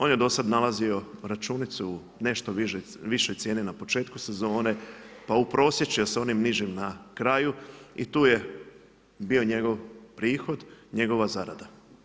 On je dosad nalazio računicu nešto više cijene na početku sezone, pa uprosječeno sa onim nižim na kraju i tu je bio njegov prihod, njegova zarada.